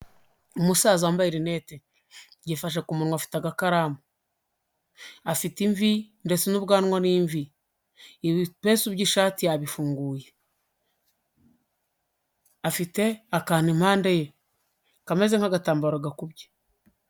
Umusaza wambaye rinete, yifasha ku munwa afite agakaramu, afite imvi ndetse n'ubwanwa n'imvi, ibipesu by'ishati yabifunguye, afite kantu impande ye kameze nnk'agatambaro gakubye.